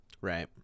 Right